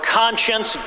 conscience